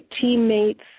teammates